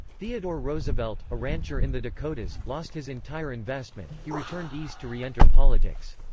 theodore roosevelt, a rancher in the dakotas, lost his entire investment he returned east to reenter politics.